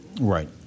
Right